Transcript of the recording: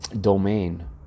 domain